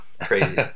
crazy